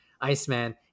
Iceman